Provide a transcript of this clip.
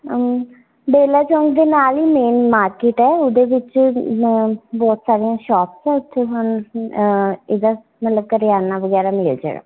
ਬੇਲਾ ਚੌਂਕ ਦੇ ਨਾਲ ਹੀ ਮੇਨ ਮਾਰਕਿਟ ਹੈ ਉਹਦੇ ਵਿੱਚ ਬਹੁਤ ਸਾਰੀਆਂ ਸ਼ੋਪਸ ਹੈ ਉੱਥੇ ਤੁਹਾਨੂੰ ਇੱਦਾਂ ਮਤਲਬ ਕਰਿਆਨਾ ਵਗੈਰਾ ਮਿਲ ਜੇਗਾ